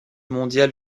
mondial